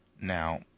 Now